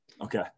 okay